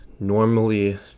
Normally